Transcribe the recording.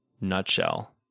nutshell